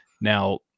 Now